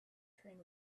train